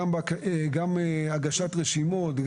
גם הקלות בכבאות,